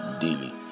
daily